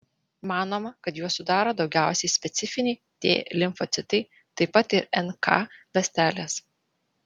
manoma kad juos sudaro daugiausiai specifiniai t limfocitai taip pat ir nk ląstelės